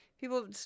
people